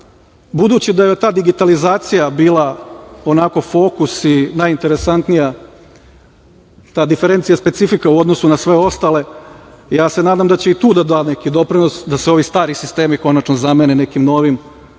Budući da je ta digitalizacija bila onako fokus i najinteresantnija, ta diferencija specifika u odnosu na sve ostale, ja se nadam da će i tu da da neki doprinos da se ovi stari sistemi konačno zamene nekim novim,